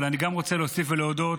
אבל אני גם רוצה להוסיף ולהודות,